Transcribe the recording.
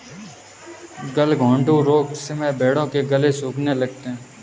गलघोंटू रोग में भेंड़ों के गले सूखने लगते हैं